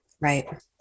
right